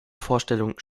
vorstellung